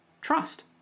trust